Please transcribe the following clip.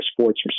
sports